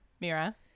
Mira